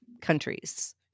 countries